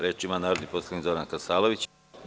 Reč ima narodni poslanik Zoran Kasalović.